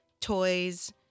toys